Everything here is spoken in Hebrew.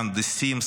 מהנדסים,